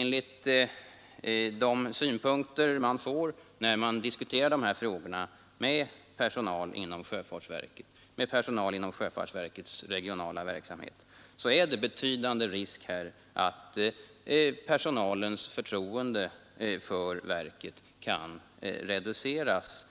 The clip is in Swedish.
Enligt de synpunkter som anförs av personalen inom sjöfartsverkets regionala verksamhet finns det betydande risker för att personalens förtroende för verket reduceras,